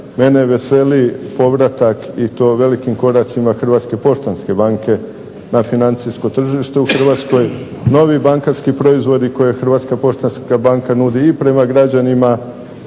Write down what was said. Mene veseli povratak i to velikim koracima Hrvatske poštanske banke na financijsko tržište u Hrvatskoj, novi bankarski proizvodi koje Hrvatska poštanska banka nudi i prema građanima